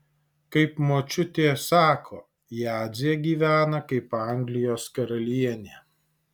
kaip močiutė sako jadzė gyvena kaip anglijos karalienė